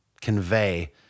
convey